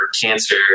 cancer